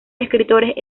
escritores